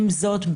עם זאת,